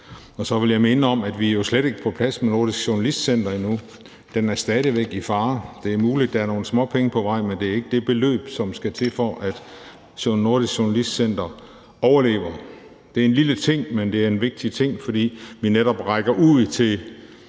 Og så vil jeg minde om, at vi jo slet ikke er på plads med Nordisk Journalistcenter endnu. Det er stadig væk i fare. Det er muligt, at der er nogle småpenge på vej, men det ikke det beløb, som skal til, for at Nordisk Journalistcenter kan overleve. Det er en lille ting, men det er en vigtig ting, fordi vi netop rækker ud til